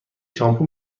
شامپو